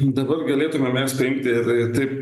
dabar galėtume mes priimti tai taip